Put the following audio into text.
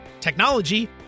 technology